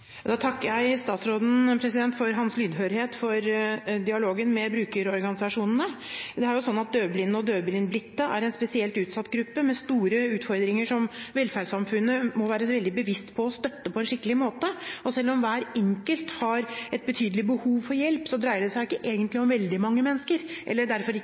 Jeg takker statsråden for hans lydhørhet for dialogen med brukerorganisasjonene. Døvblindfødte og døvblindblitte er jo en spesielt utsatt gruppe, med store utfordringer, som velferdssamfunnet må være veldig bevisst på å støtte på en skikkelig måte. Selv om hver enkelt har et betydelig behov for hjelp, dreier det seg ikke egentlig om veldig mange mennesker – og derfor